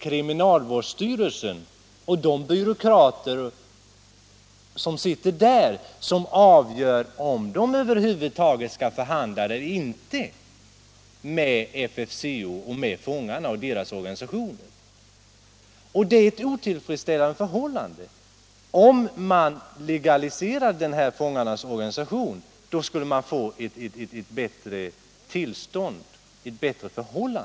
Kriminalvårdsstyrelsen och de byråkrater som sitter där avgör om man över huvud taget skall förhandla med fångarna och deras organisation FFCO eller inte. Detta är otillfredsställande. Om man legaliserade fångarnas organisation skulle förhållandena bli bättre.